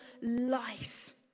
life